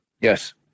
Yes